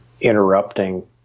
interrupting